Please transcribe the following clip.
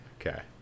Okay